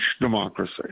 democracy